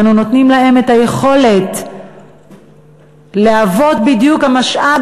אנו נותנים להם את היכולת להוות בדיוק את המשאב